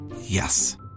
Yes